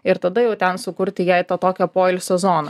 ir tada jau ten sukurti jai to tokio poilsio zoną